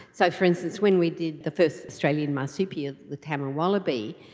so, for instance, when we did the first australian marsupial, the tammar wallaby,